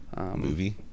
movie